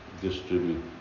distribute